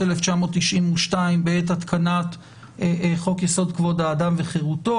1992 בעת התקנת חוק-יסוד: כבוד האדם וחירותו,